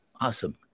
Awesome